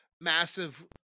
massive